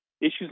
issues